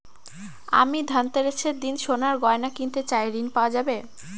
আমি ধনতেরাসের দিন সোনার গয়না কিনতে চাই ঝণ পাওয়া যাবে?